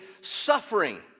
suffering